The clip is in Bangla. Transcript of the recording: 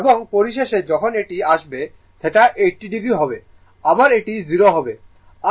এবং পরিশেষে যখন এটি আসবে θ 80o হবে আবার এটি 0 হবে